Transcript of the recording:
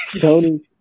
Tony